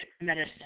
medicine